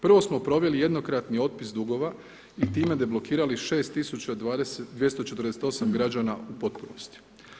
Prvo smo proveli jednokratni otpis dugova i time deblokirali 6248 građana u potpunosti.